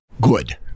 Good